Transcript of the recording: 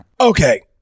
Okay